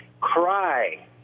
cry